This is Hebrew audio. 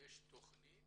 יש תכנית